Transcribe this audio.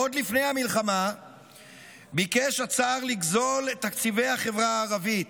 עוד לפני המלחמה ביקש הצאר לגזול את תקציבי החברה הערבית,